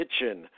kitchen